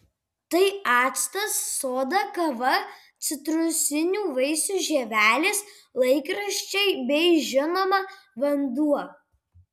tai actas soda kava citrusinių vaisių žievelės laikraščiai bei žinoma vanduo